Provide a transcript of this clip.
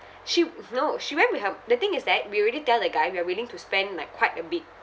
she no she went with her the thing is that we already tell the guy we are willing to spend like quite a bit